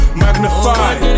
magnified